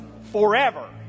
forever